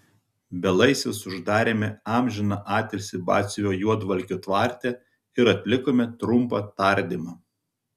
belaisvius uždarėme amžiną atilsį batsiuvio juodvalkio tvarte ir atlikome trumpą tardymą